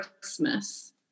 christmas